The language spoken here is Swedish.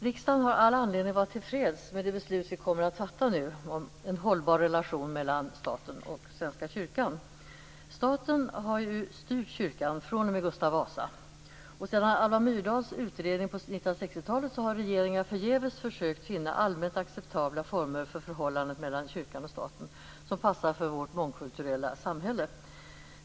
Riksdagen har all anledning att vara till freds med det beslut som vi nu kommer att fatta om en hållbar relation mellan staten och Svenska kyrkan. Staten har ju fr.o.m. Gustav Vasa styrt kyrkan. Sedan Alva Myrdals utredning på 1960-talet har regeringar förgäves försökt finna allmänt acceptabla former för förhållandet mellan kyrkan och staten som passar för vårt mångkulturella samhälle.